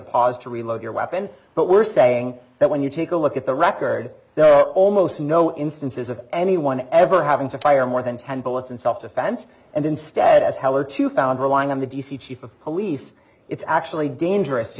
pause to reload your weapon but we're saying that when you take a look at the record there are almost no instances of anyone ever having to fire more than ten bullets in self defense and instead as heller to found relying on the d c chief of police it's actually dangerous to